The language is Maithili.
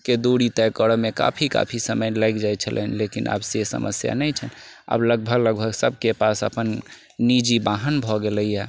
के दूरी तय करऽमे काफी समय लागि जाइत छलनि लेकिन आब से समस्या नहि छनि आब लगभग लगभग सभके पास अपन अपन निजी वाहन भऽ गेलैया